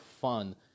fun